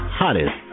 hottest